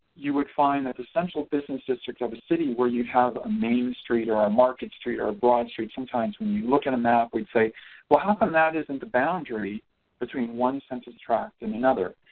you would find that the central business district of a city where you have a main street or a market street or a broad street sometimes when you look at a map we'd say well how come that isn't the boundary between one census tract and another?